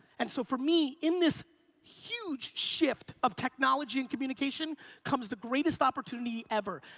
and so for me, in this huge shift of technology and communication comes the greatest opportunity ever.